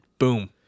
boom